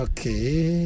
Okay